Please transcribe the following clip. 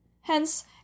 Hence